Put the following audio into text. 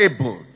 able